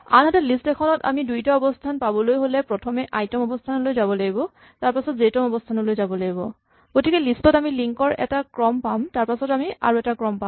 আনহাতে লিষ্ট এখনত আমি দুইটা অৱস্হান পাবলৈ হ'লে প্ৰথমে আই তম অৱস্হানলৈ যাব লাগিব তাৰপাছত জে তম অৱস্হানলৈ যাব লাগিব গতিকে লিষ্ট ত আমি লিংক ৰ এটা ক্ৰম পাম তাৰপাছত আৰু এটা ক্ৰম পাম